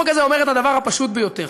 החוק הזה אומר את הדבר הפשוט ביותר: